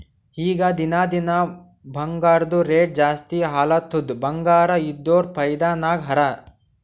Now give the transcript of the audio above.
ಈಗ ದಿನಾ ದಿನಾ ಬಂಗಾರ್ದು ರೇಟ್ ಜಾಸ್ತಿ ಆಲತ್ತುದ್ ಬಂಗಾರ ಇದ್ದೋರ್ ಫೈದಾ ನಾಗ್ ಹರಾ